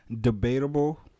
debatable